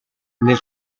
nel